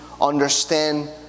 understand